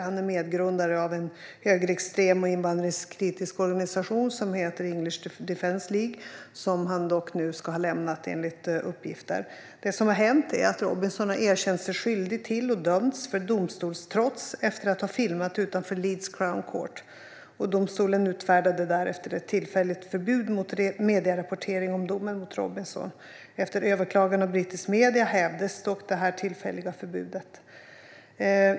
Han är medgrundare av en högerextrem och invandringskritisk organisation vid namn English Defence League, som han enligt uppgift nu ska ha lämnat. Vad som har hänt är att Robinson har erkänt sig skyldig till och dömts för domstolstrots efter att ha filmat utanför Leeds Crown Court. Domstolen utfärdade därefter ett tillfälligt förbud mot medierapportering om domen mot Robinson. Efter överklagan från brittiska medier hävdes dock det tillfälliga förbudet.